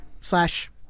slash